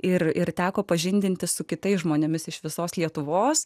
ir ir teko pažindintis su kitais žmonėmis iš visos lietuvos